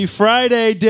friday